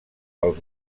pels